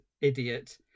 idiot